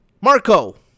Marco